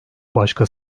başka